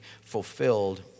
fulfilled